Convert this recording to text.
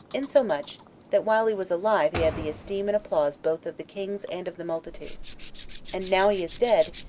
insomuch, that while he was alive he had the esteem and applause both of the kings and of the multitude and now he is dead,